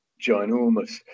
ginormous